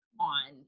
on